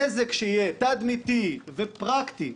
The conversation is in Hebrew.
הנזק שיהיה, תדמיתי ופרקטי,